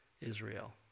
Israel